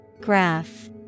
Graph